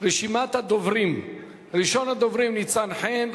רשימת הדוברים: ראשון הדוברים, ניצן חן.